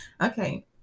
Okay